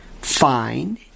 find